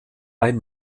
ein